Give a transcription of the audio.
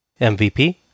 MVP